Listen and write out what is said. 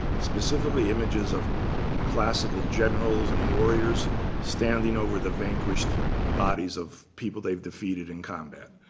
specifically images of classical generals and warriors standing over the vanquished bodies of people they've defeated in combat,